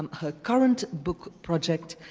her current book project,